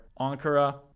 Ankara